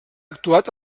actuat